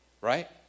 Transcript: Right